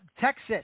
Texas